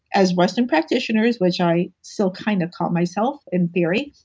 as western practitioners, which i still kind of call myself in theory,